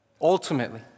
Ultimately